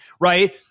right